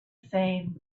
same